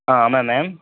ஆ ஆமாம் மேம்